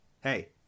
Hey